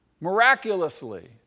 miraculously